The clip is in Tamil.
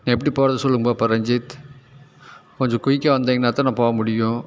நான் எப்படி போகிறது சொல்லுங்கள் பார்ப்போம் ரஞ்சித் கொஞ்சம் குயிக்காக வந்திங்கன்னா தான் நான் போக முடியும்